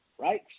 right